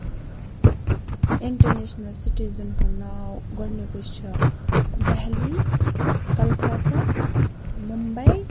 international citizen ہُنٛد ناو گۄڈنیُک یُس چھُ دہلی کَلکَتہ مُمبَے